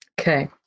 Okay